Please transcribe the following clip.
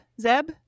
Zeb